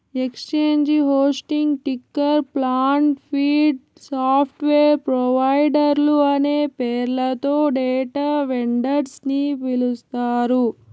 exchange hosting, ticker plant, feed, software ప్రొవైడర్లు అనే పేర్లతో డేటా వెండర్స్ ని పిలుస్తారు